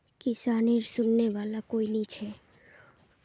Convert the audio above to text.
किसानेर सुनने वाला कोई नी छ